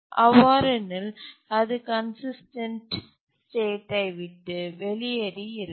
அவ்வாறெனில் அது கன்சிஸ்டன்ட் ஸ்டேட்யை விட்டு வெளியேறியிருக்கும்